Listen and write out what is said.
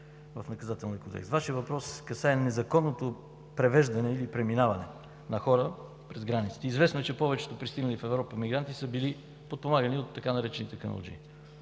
Вашият въпрос касае незаконното превеждане и преминаване на хора през границата. Известно е, че повечето пристигнали в Европа емигранти са били подпомагани от така наречените „каналджии“.